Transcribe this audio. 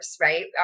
right